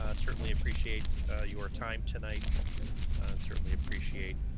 um certainly appreciate your time tonight and certainly appreciate